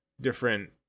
different